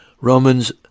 Romans